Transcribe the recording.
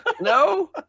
No